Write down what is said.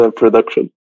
production